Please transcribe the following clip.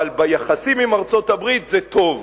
אבל ביחסים עם ארצות-הברית זה טוב.